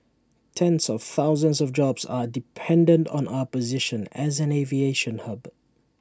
tens of thousands of jobs are dependent on our position as an aviation hub